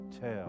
tell